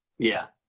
yeah.